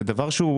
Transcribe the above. היום,